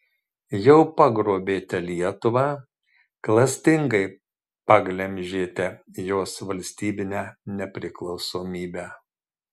jau pagrobėte lietuvą klastingai paglemžėte jos valstybinę nepriklausomybę